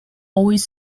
always